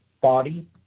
body